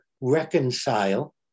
reconcile